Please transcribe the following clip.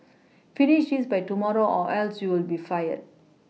finish this by tomorrow or else you'll be fired